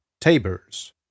Tabers